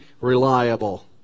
reliable